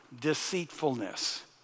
deceitfulness